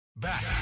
back